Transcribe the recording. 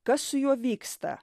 kas su juo vyksta